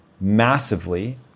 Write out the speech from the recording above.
massively